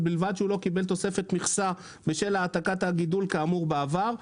ובלבד שהוא לא קיבל תוספת מכסה בשל העתקת גידול כאמור בעבר,